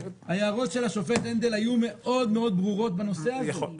ההערות של השופט הנדל היו מאוד מאוד ברורות בנושא הזה.